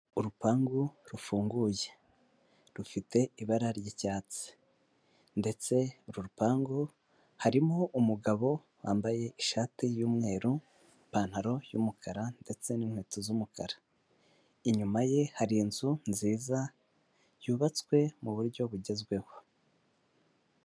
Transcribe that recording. Urupangu rufunguye, rufite ibara ry'icyatsi ndetse uru rupangu harimo umugabo wambaye ishati y'umweru, ipantaro y'umukara ndetse n'inkweto z'umukara, inyuma ye hari inzu nziza, yubatswe muburyo bugezweho.